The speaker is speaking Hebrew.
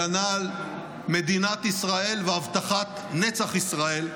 הגנה על מדינת ישראל והבטחת נצח ישראל,